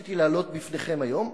שרציתי להעלות בפניכם היום,